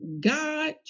God